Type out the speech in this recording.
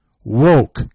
woke